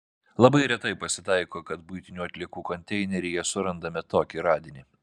labai retai pasitaiko kad buitinių atliekų konteineryje surandame tokį radinį